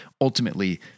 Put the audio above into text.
ultimately